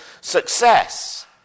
success